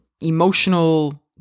emotional